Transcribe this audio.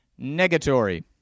Negatory